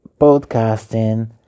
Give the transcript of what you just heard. podcasting